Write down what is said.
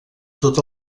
tot